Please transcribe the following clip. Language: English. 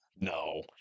No